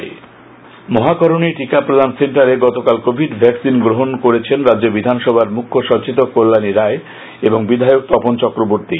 বিধায়ক কোভিড টিকা মহাকরণে টিকা প্রদান সেন্টারে গতকাল কোভিড ভ্যাকসিন গ্রহণ করলেন রাজ্য বিধানসভার মুখ্য সচেতক কল্যাণী রায় ও বিধায়ক তপন চক্রবর্তী